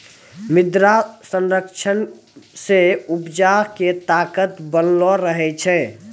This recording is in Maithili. मृदा संरक्षण से उपजा के ताकत बनलो रहै छै